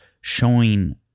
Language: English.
showing